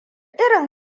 irin